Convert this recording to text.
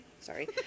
sorry